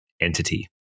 entity